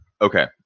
Okay